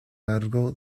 largo